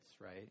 right